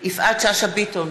יפעת שאשא ביטון,